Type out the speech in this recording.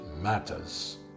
matters